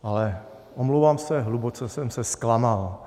Ale omlouvám se, hluboce jsem se zklamal.